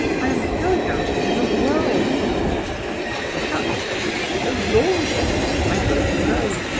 i am going out into the world, katia perhaps i shall be a laundress. i don't know.